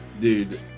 Dude